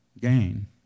gain